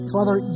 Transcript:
Father